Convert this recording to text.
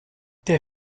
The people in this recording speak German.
der